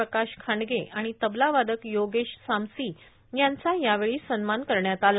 प्रकाश खांडगे आणि तबला वादक योगेश सामसी यांचा यावेळी सन्मान करण्यात आला